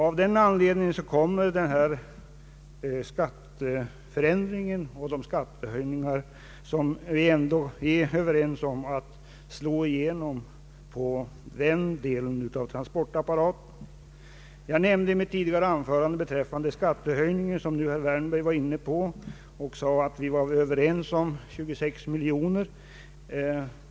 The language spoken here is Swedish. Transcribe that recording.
Av den anledningen kommer skatteförändringen, dvs. de skattehöjningar som vi dock är överens om, att slå igenom på den tunga delen av transportapparaten. Jag nämnde tidigare beträffande den skattehöjning som herr Wärnberg var inne på att vi var överens om: 26 miljoner kronor.